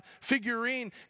figurine